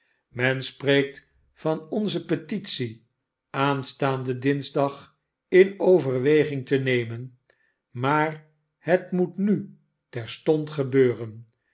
men spreekt van onze petitie aanstaanden dinsdag in overweging te nemen maar het moet nu terstond gebeuren